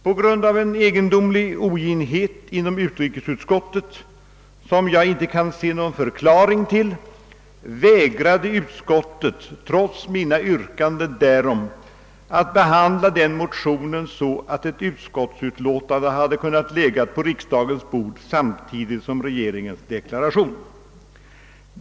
På grund av en egendomlig oginhet inom utrikesutskottet, som jag inte kan se någon förklaring till, vägrade utskottet — trots mina yrkanden därom — att behandla den motionen så, att ett utskottsutlåtande hade kunnat ligga på riksdagens bord samtidigt med regeringens deklaration.